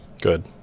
Good